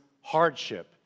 hardship